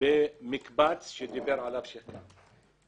במקבץ עליו דיבר שיח ריאן.